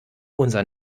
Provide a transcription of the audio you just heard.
unser